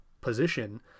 position